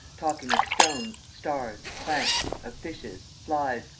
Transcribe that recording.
talking of stones, stars, plants, of fishes, flies,